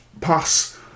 pass